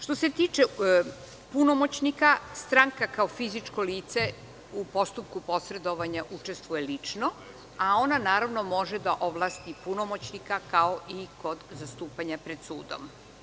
Što se tiče punomoćnika, stranka kao fizičko lice u postupku posredovanja učestvuje lično, a ona naravno može da ovlasti punomoćnika kao i kod zastupanja pred sudom.